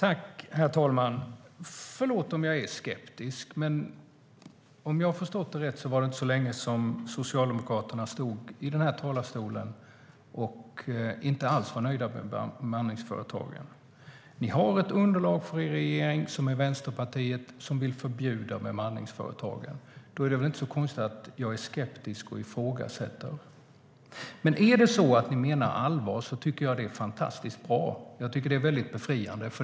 Herr talman! Förlåt om jag är skeptisk, men om jag har förstått rätt var det inte så länge sedan som Socialdemokraterna stod här i talarstolen och inte alls var nöjda med bemanningsföretagen. Ni har ett underlag för er regering, nämligen Vänsterpartiet, som vill förbjuda bemanningsföretagen. Då är det väl inte så konstigt att jag är skeptisk och ifrågasätter. Det är fantastiskt bra och befriande om ni menar allvar.